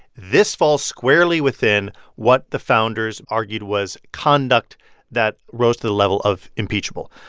this falls squarely within what the founders argued was conduct that rose to the level of impeachable.